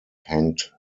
hanged